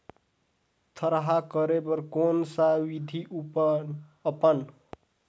थरहा करे बर कौन सा विधि अपन?